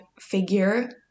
figure